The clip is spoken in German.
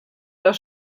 das